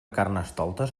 carnestoltes